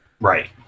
right